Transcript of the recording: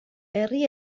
herri